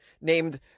named